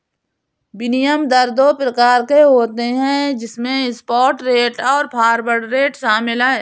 विनिमय दर दो प्रकार के होते है जिसमे स्पॉट रेट और फॉरवर्ड रेट शामिल है